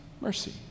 mercy